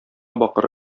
бакыр